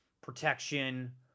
protection